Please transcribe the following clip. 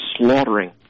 slaughtering